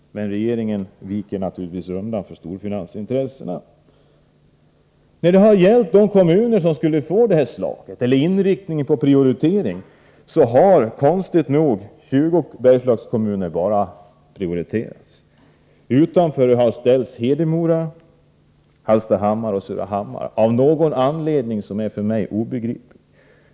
Men regeringen viker naturligtvis undan för storfinansintressena. När det gäller vilka som skall få del av det här stödet har konstigt nog 20 Bergslagskommuner prioriterats. Utanför har ställts Hedemora, Hallstahammar och Surahammar — av någon anledning som för mig är obegriplig.